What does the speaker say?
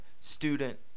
student